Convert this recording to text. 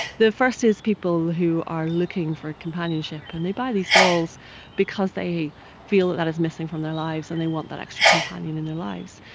the first is people who are looking for companionship and they buy these dolls because they feel that that is missing from their lives and they want that extra companion in their lives.